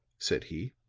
said he.